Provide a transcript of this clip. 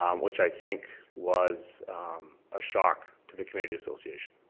um which i think was a shock to the community association.